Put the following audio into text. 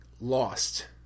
lost